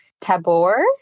Tabor